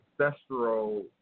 ancestral